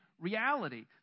reality